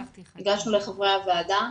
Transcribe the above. הגשנו לחברי הוועדה,